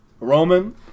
Roman